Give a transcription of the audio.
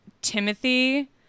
Timothy